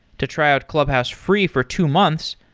to try out clubhouse free for two months,